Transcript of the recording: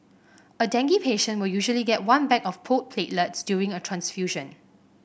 a dengue patient will usually get one bag of pooled platelets during a transfusion